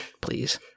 Please